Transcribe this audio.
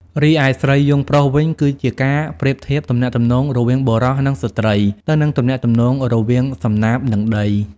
រីឯ ស្រីយោងប្រុស វិញ គឺជាការប្រៀបធៀបទំនាក់ទំនងរវាងបុរសនិងស្ត្រី ទៅនឹងទំនាក់ទំនងរវាងសំណាបនិងដី។